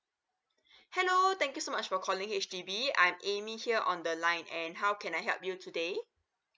hello thank you so much for calling H_D_B I'm amy here on the line and how can I help you today